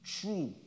true